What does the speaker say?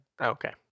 Okay